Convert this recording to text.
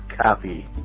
copy